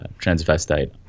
transvestite